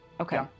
okay